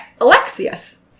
Alexius